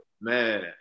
Man